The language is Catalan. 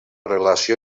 relació